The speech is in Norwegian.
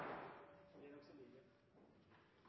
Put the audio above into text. for barn i